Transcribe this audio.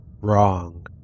wrong